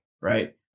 right